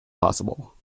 possible